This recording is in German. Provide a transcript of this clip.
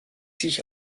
sich